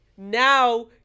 Now